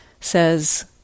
says